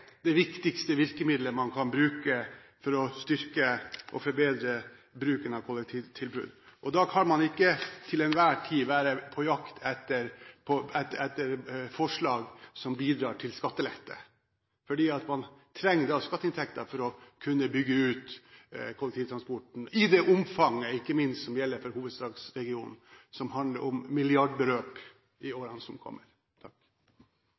det viktigste virkemidlet for å styrke og forbedre bruken av kollektivtilbudet. Da kan man ikke til enhver tid være på jakt etter forslag som bidrar til skattelette. For man trenger skatteinntekter for å kunne bygge ut kollektivtransporten, ikke minst i det omfanget som gjelder for hovedstadsregionen. Det handler om milliardbeløp i